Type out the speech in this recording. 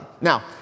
Now